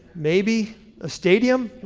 maybe a stadium?